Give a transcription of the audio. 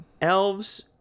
Elves